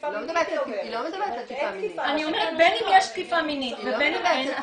אני אומרת שבין אם יש תקיפה מינית ובין אם אין,